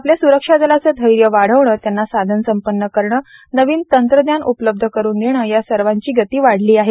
आपल्या स्रक्षा दलाच धैर्य वाढविण त्यांना साधन संपन्न करण नवीन तंत्रद्यान उपलब्ध करून देण या सर्वांची गती वाढली आहे